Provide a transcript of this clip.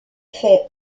fait